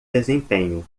desempenho